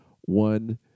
One